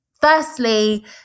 Firstly